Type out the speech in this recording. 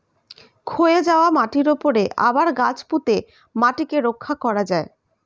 ক্ষয়ে যাওয়া মাটির উপরে আবার গাছ পুঁতে মাটিকে রক্ষা করা যায়